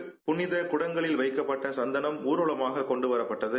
நேற்றிரவு புனித குடங்களில் வைக்கப்பட்ட சந்தனம் ஊர்வலமாக கொண்டுவரப்பட்டது